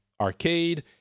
Arcade